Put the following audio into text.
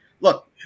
look